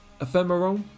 Ephemeral